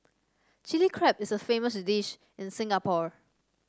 Chilli Crab is a famous dish in Singapore